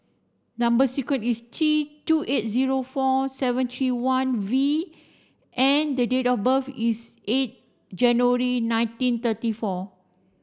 number sequence is T two eight zero four seven three one V and the date of birth is eight January nineteen thirty four